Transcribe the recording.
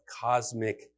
cosmic